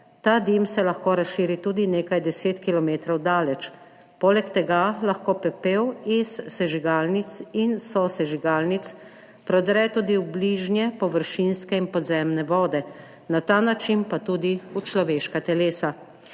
Ta dim se lahko razširi tudi nekaj deset kilometrov daleč. Poleg tega lahko pepel iz sežigalnic in sosežigalnic prodre tudi v bližnje površinske in podzemne vode, na ta način pa tudi v človeška telesa.